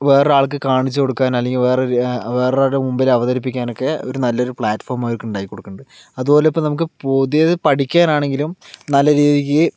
വേറൊരാൾക്ക് കാണിച്ചുകൊടുക്കാൻ അല്ലെങ്കിൽ വേറൊരു വേറൊരാളുടെ മുമ്പിൽ അവതരിപ്പിക്കാൻ ഒക്കെ ഒരു നല്ലൊരു പ്ലാറ്റ്ഫോം അവർക്ക് ഉണ്ടാക്കി കൊടുക്കുന്നുണ്ട് അതുപോലെ ഇപ്പോൾ നമുക്ക് പുതിയത് പഠിക്കാൻ ആണെങ്കിലും നല്ല രീതിക്ക്